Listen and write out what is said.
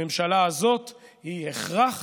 הממשלה הזאת היא הכרח